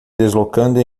deslocando